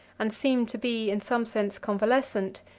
and seemed to be in some sense convalescent,